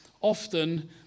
often